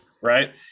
right